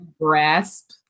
grasp